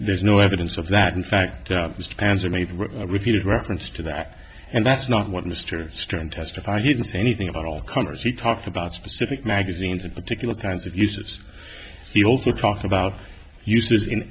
there's no evidence of that in fact mr panzer made repeated reference to that and that's not what mr stern test i didn't say anything about all comers he talked about specific magazines and particular kinds of uses he also talked about uses